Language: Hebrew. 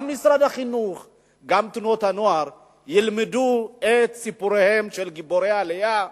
שגם משרד החינוך וגם תנועות הנוער ילמדו את סיפוריהם של גיבורי העלייה,